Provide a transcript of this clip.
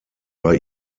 bei